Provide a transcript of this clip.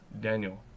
Daniel